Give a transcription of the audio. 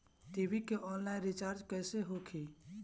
TV के online recharge कैसे होखी?